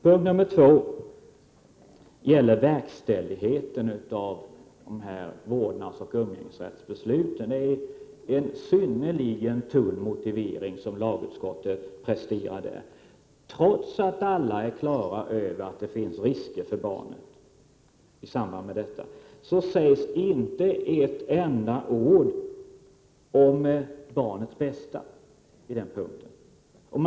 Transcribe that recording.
Den andra punkten gäller verkställigheten av dessa beslut om vårdnadsoch umgängesrätt. Det är en synnerligen tunn motivering som lagutskottet här presterar. Trots att alla är på det klara med att det finns risker för barnen i samband med dessa beslut, sägs det på denna punkt inte ett ord om vikten av att se till barnens bästa.